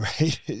right